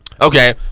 okay